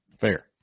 Fair